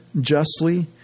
justly